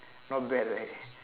not bad right